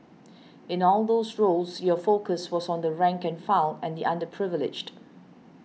in all those roles your focus was on the rank and file and the underprivileged